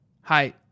Hi